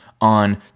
on